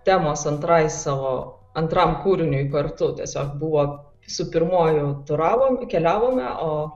temos antrai savo antram kūriniui kartu tiesiog buvo su pirmuoju turavom keliavome o